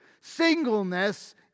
singleness